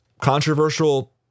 controversial